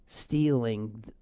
stealing